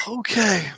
okay